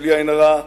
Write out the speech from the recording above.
בלי עין הרע,